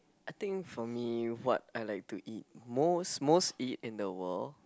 I think for me what I like to eat most most eat in the world